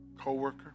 coworker